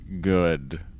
good